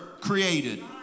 created